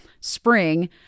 spring